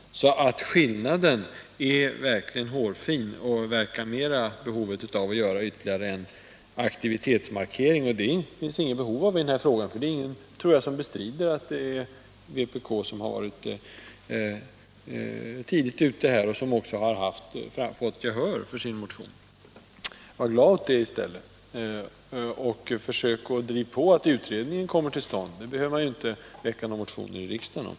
Skillnaden är verkligen hårfin, och motionen verkar mest vara ytterligare en aktivitetsmarkering, men det finns det inget behov av i den här frågan. Jag tror inte någon bestrider att vpk har varit tidigt ute här och också fått gehör för sina krav. Var glad åt det i stället, och försök driva på så att utredningen kommer till stånd — det behöver man inte väcka några motioner i riksdagen om.